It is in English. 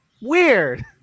Weird